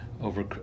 over